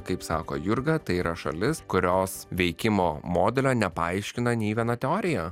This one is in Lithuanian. kaip sako jurga tai yra šalis kurios veikimo modelio nepaaiškina nei viena teorija